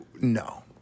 no